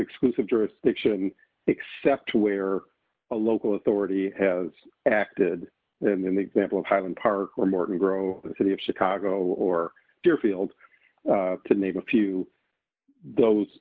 exclusive jurisdiction except to where a local authority has acted and in the example of highland park or morton grove the city of chicago or deerfield to name a few those